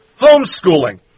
homeschooling